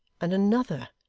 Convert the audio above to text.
and another,